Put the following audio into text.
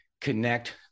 connect